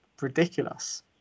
ridiculous